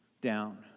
down